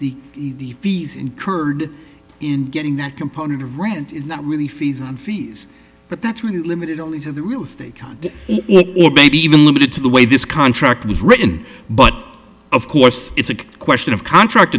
the the fees incurred in getting that component of rent is not really fees and fees but that's really limited only to the real estate god maybe even limited to the way this contract was written but of course it's a question of contract